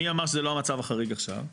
מי אמר שזה לא המצב החריג עכשיו?